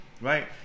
right